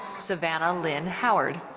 savannah lynn howard.